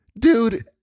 Dude